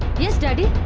this desolate